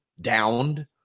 downed